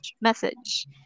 message